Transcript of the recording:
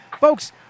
Folks